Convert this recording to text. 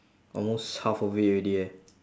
almost half of it already eh